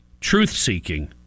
truth-seeking